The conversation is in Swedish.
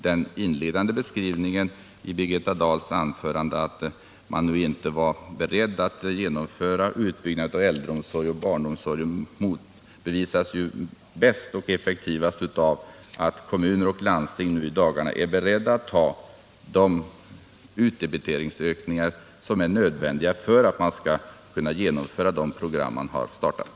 Den inledande beskrivningen i Birgitta Dahls anförande, som gick ut på att man nu inte var beredd att genomföra utbyggnaden av äldreomsorgen och barnomsorgen motbevisas effektivast av det faktum att kommuner och landsting i dagarna är beredda att besluta om de utdebiteringsökningar som är nödvändiga för att man skall kunna genomföra de program som påbörjats.